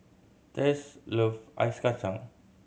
Tess love ice kacang